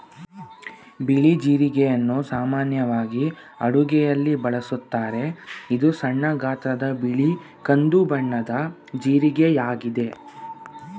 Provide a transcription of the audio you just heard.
ಬಿಳಿ ಜೀರಿಗೆಯನ್ನು ಸಾಮಾನ್ಯವಾಗಿ ಅಡುಗೆಯಲ್ಲಿ ಬಳಸುತ್ತಾರೆ, ಇದು ಸಣ್ಣ ಗಾತ್ರದ ಬಿಳಿ ಕಂದು ಬಣ್ಣದ ಜೀರಿಗೆಯಾಗಿದೆ